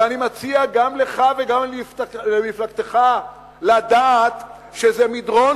אני מציע גם לך וגם למפלגתך לדעת שזה מדרון